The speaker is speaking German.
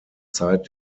zeit